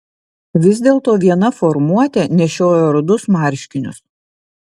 vis dėlto viena formuotė nešiojo rudus marškinius